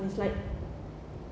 it's like